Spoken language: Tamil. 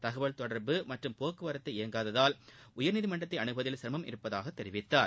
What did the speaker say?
தகவல் தொடர்பு மற்றும் போக்குவரத்து இயங்காததால் உயர்நீதிமன்றத்தை அனுகுவதில் சிரமம் இருப்பதாக தெரிவித்தார்